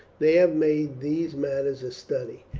they have made these matters a study,